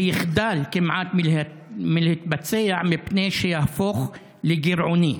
שכמעט יחדל מלהתבצע מפני שיהפוך לגירעוני.